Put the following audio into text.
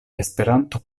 esperanto